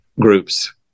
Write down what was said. groups